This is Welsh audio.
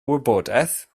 wybodaeth